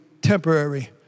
temporary